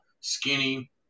skinny